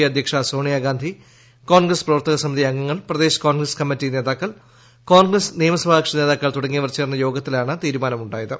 A അധ്യക്ഷ സോണിയാഗാന്ധി കോൺഗ്രസ് പ്രവർത്തക സമിതി അംഗങ്ങൾ പ്രദേശ് കോൺഗ്രസ് കമ്മിറ്റി നേതാക്കൾ കോൺഗ്രസ് നിയമസഭ കക്ഷി നേതാക്കൾ തുടങ്ങിയവർ ചേർന്ന യോഗത്തിലാണ് തീരുമാനമുണ്ടായത്